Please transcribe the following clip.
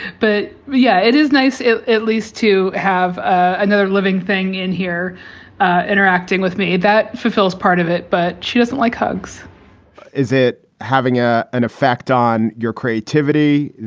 but yeah, it is nice at least to have another living thing in here interacting with me that fulfills part of it. but she doesn't like hugs is it having ah an effect on your creativity?